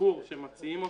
השיפור שהם מציעים אותם.